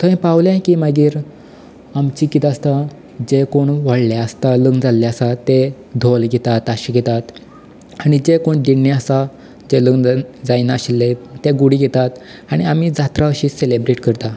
थंय पावले की मागीर आमचें किदें आसता जे कोण व्हडले आसता लग्न जाल्ले आसा ते धोल घेता ताशे घेतात आणी जे कोण दिण्णे आसा जे लग्न जायनाशिल्ले ते गुडी घेतात आणी आमी जात्रा अशी सेलेब्रेट करता